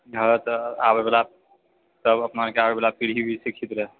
हाँ तऽ आबै बला सभ अपना बला पीढ़ी भी शिक्षित रहए